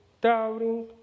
doubting